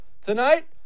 Tonight